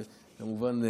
וכמובן,